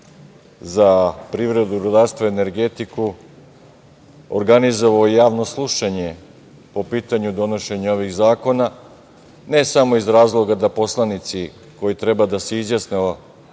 za privredu, rudarstvo i energetiku organizovao javno slušanje po pitanju donošenja ovih zakona, ne samo iz razloga da poslanici koji treba da se izjasne,